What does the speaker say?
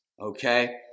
okay